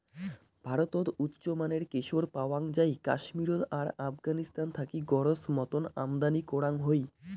ভারতত উচ্চমানের কেশর পাওয়াং যাই কাশ্মীরত আর আফগানিস্তান থাকি গরোজ মতন আমদানি করাং হই